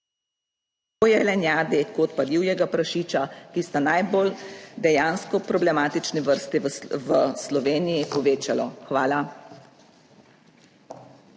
tako jelenjadi kot pa divjega prašiča, ki sta najbolj dejansko problematični vrsti v Sloveniji, povečalo. Hvala.